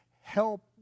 Help